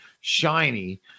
shiny